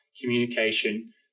communication